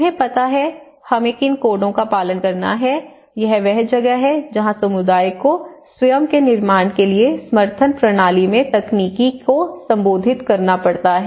तुम्हें पता है हमें किन गुणों का पालन करना है यह वह जगह है जहाँ समुदाय को स्वयं के निर्माण के लिए समर्थन प्रणाली में तकनीकी को संबोधित करना पड़ता है